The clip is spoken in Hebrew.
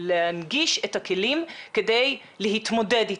ולהנגיש את הכלים כדי להתמודד איתה.